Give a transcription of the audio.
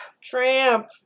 Tramp